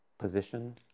Position